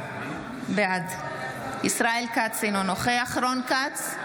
בעד ישראל כץ, אינו נוכח רון כץ,